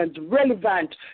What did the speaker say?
relevant